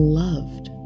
loved